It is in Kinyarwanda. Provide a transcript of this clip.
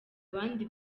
abandi